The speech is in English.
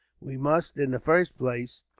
we must, in the first place,